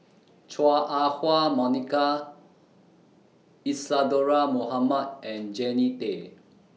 Chua Ah Hua Monica Isadhora Mohamed and Jannie Tay